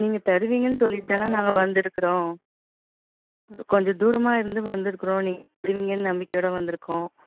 நீங்கள் தருவிங்கன்னு சொல்லிட்டு தானே நாங்கள் வந்திருக்குறோம் கொஞ்சம் தூரமாக இருந்து வந்திருக்குறோம் நீங்கள் தருவிங்கன்னு நம்பிக்கையோடு வந்திருக்கோம்